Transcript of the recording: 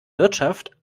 wirtschaft